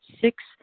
Six